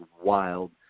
wild